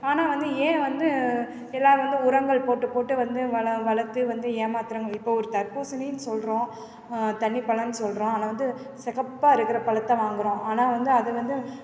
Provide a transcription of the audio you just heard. ஆனால் வந்து ஏன் வந்து எல்லோரும் வந்து உரங்கள் போட்டு போட்டு வந்து வள வளர்த்து வந்து ஏமாற்றுறாங்க இப்போது ஒரு தர்பூசணினு சொல்கிறோம் தண்ணி பழம்னு சொல்கிறோம் ஆனால் வந்து செகப்பாக இருக்கிற பழத்த வாங்குகிறோம் ஆனால் வந்து அது வந்து